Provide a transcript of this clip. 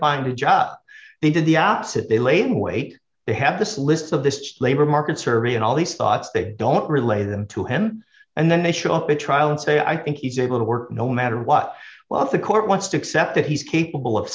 find a job they did the opposite they laid in wait they have this list of this labor market survey and all these thoughts they don't relay them to him and then they show up at trial and say i think he's able to work no matter what well if the court wants to accept that he's capable of